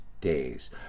days